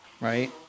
right